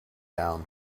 down